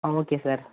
ah okay sir